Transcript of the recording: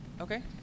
Okay